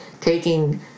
taking